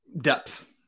Depth